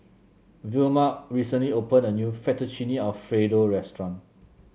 Vilma recently opened a new Fettuccine Alfredo Restaurant